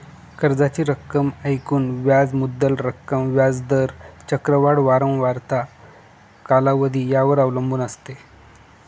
कर्जाची रक्कम एकूण व्याज मुद्दल रक्कम, व्याज दर, चक्रवाढ वारंवारता, कालावधी यावर अवलंबून असते